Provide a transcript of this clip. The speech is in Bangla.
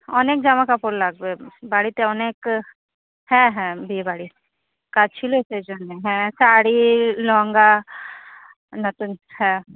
অনেক জামাকাপড় লাগবে বাড়িতে অনেক হ্যাঁ হ্যাঁ বিয়েবাড়ির কাজ ছিলো সেই জন্য হ্যাঁ শাড়ি লেহেঙ্গা নতুন হ্যাঁ